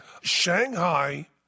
Shanghai